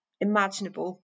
imaginable